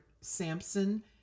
Samson